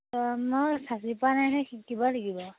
অঁ মই সাজি পোৱা নাই নহয় শিকিব লাগিব